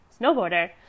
snowboarder